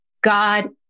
God